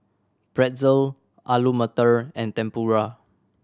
Pretzel Alu Matar and Tempura